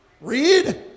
read